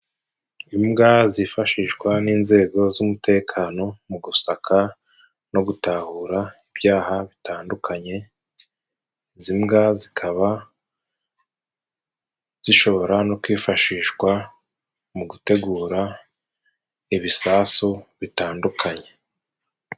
Imbwa zifashishwa n'inzego z'umutekano mu gusaka no gutahura ibyaha bitandukanye. Izi mbwa zikaba zishobora, no kwifashishwa mu gutegura ibisasu bitandukanye.